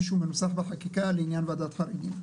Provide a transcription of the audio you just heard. שהוא מנוסח בחקיקה לעניין ועדת חריגים.